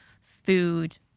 food